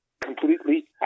completely